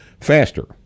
faster